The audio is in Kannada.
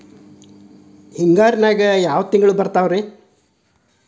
ಹಿಂಗಾರಿನ್ಯಾಗ ಯಾವ ತಿಂಗ್ಳು ಬರ್ತಾವ ರಿ?